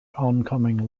oncoming